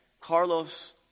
Carlos